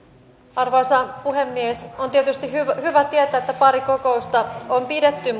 arvoisa puhemies on tietysti hyvä tietää että pari kokousta on pidetty